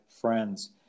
friends